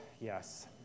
yes